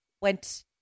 went